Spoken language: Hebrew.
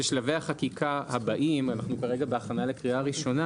החקיקה הבאים אנחנו כרגע בהכנה לקריאה ראשונה